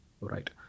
right